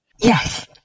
Yes